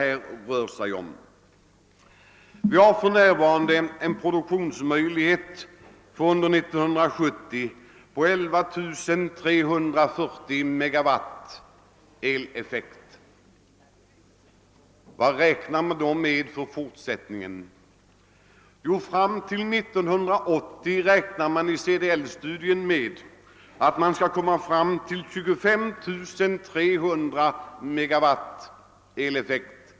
Vi har under 1970 en produktionskapacitet om 11 340 megawatt eleffekt. CDL räknar med att det år 1980 kommer att behövas 25 300 megawatt eleffekt.